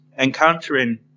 Encountering